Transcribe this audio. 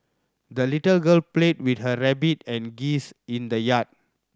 the little girl played with her rabbit and geese in the yard